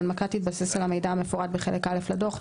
3.2. ההנמקה תתבסס על המידע המפורט בחלק א לדוח,